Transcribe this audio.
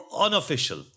unofficial